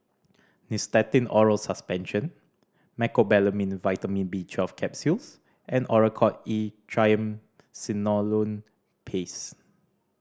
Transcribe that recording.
Nystatin Oral Suspension Mecobalamin Vitamin B Twelve Capsules and Oracort E Triamcinolone Paste